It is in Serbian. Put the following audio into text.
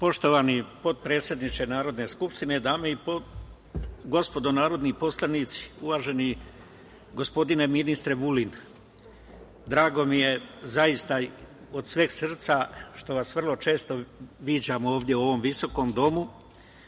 potpredsedniče Narodne skupštine, dame i gospodo narodni poslanici, uvaženi gospodine ministre Vulin, drago mi je, zaista, što vas vrlo često viđam ovde, u ovom visokom Domu,